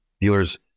dealers